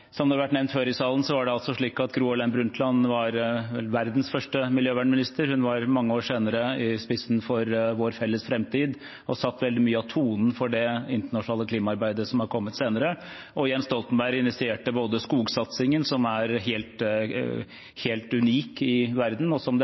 Som det har vært nevnt før her i salen, var altså Gro Harlem Brundtland verdens første miljøvernminister. Hun sto mange år senere i spissen for Vår felles framtid og satte veldig mye av tonen for det internasjonale klimaarbeidet som har kommet senere. Jens Stoltenberg initierte skogsatsingen, som er helt unik i verden, og som